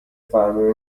فرمون